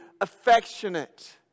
affectionate